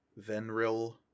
Venril